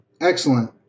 Excellent